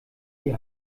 die